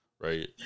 right